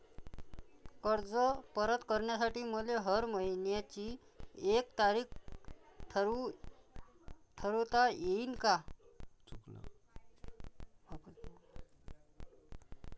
कर्ज परत करासाठी मले हर मइन्याची एक तारीख ठरुता येईन का?